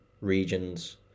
regions